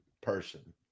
person